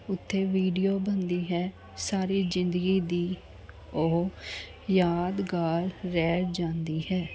ਉੱਥੇ ਵੀਡੀਓ ਬਣਦੀ ਹੈ ਸਾਰੀ ਜ਼ਿੰਦਗੀ ਦੀ ਉਹ ਯਾਦਗਾਰ ਰਹਿ ਜਾਂਦੀ ਹੈ